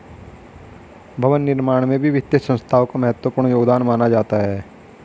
भवन निर्माण में भी वित्तीय संस्थाओं का महत्वपूर्ण योगदान माना जाता है